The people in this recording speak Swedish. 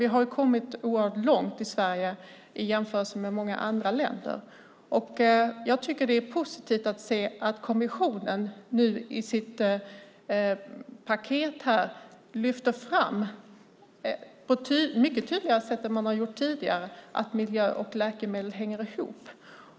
Vi har kommit oerhört långt i Sverige i jämförelse med många andra länder. Det är positivt att se att kommissionen nu i sitt paket på ett mycket tydligare sätt än vad man har gjort tidigare lyfter fram att miljö och läkemedel hänger ihop.